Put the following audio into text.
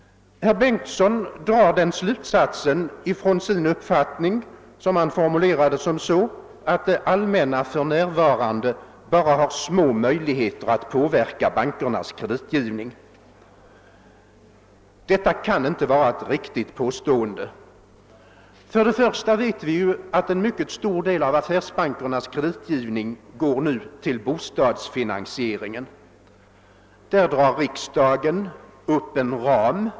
Herr Bengtsson drar den slutsatsen utifrån sin uppfattning, som han formulerar så, att det allmänna för närvarande bara har små möjligheter att påverka bankernas kreditgivning. Detta kan inte vara ett riktigt påstående. Först och främst vet vi ju att en mycket stor del av affärsbankernas kreditgivning nu går till bostadsfinansieringen. Där drar riksdagen upp en ram.